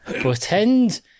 Pretend